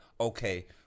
okay